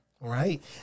Right